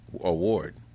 award